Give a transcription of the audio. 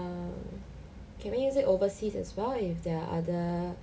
can we use it overseas as well if there are other